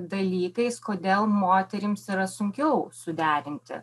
dalykais kodėl moterims yra sunkiau suderinti